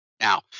Now